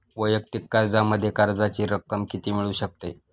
वैयक्तिक कर्जामध्ये कर्जाची किती रक्कम मिळू शकते?